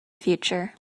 future